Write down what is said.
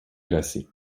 glacée